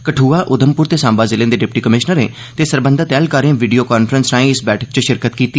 कठुआ उघमपुर ते सांबा जिलें दे डिप्टी कमिशनरें ते सरबंधत ऐह्लकारें वीडियो काफ्रेंस राएं इस बैठक च हिस्स लैता